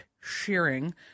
shearing